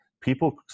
People